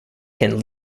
can